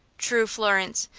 true, florence,